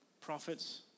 Prophets